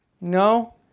No